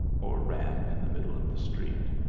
or ran in the middle of the street.